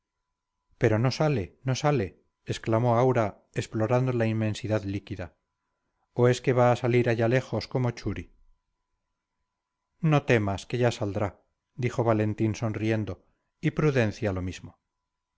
pero no sale no sale exclamó aura explorando la inmensidad líquida o es que va a salir allá lejos como churi no temas que ya saldrá dijo valentín sonriendo y prudencia lo mismo